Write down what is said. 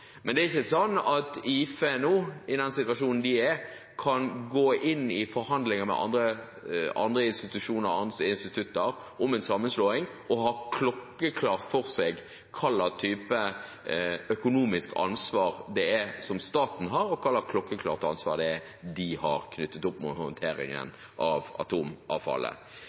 Men det er ikke sånn at IFE nå, i den situasjonen de er i, kan gå inn i forhandlinger med andre institusjoner og andre institutter om en sammenslåing og ha klokkeklart for seg hva slags type økonomisk ansvar det er staten har, og hva slags klokkeklart ansvar det er de har knyttet opp mot håndteringen av atomavfallet.